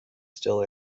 still